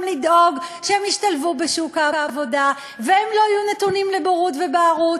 לדאוג שהם ישתלבו בשוק העבודה והם לא יהיו נתונים לבורות ובערות?